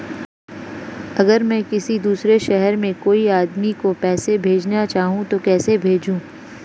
अगर मैं किसी दूसरे शहर में कोई आदमी को पैसे भेजना चाहूँ तो कैसे भेजूँ?